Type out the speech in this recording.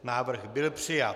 Návrh byl přijat.